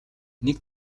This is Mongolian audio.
нэг